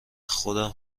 خودم